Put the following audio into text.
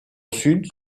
sud